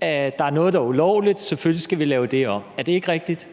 Der er noget, der er ulovligt. Selvfølgelig skal vi lave det om. Er det ikke rigtigt?